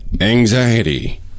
Anxiety